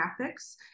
graphics